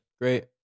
Great